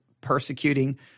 persecuting